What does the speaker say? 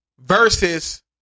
versus